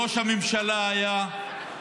ראש הממשלה היה,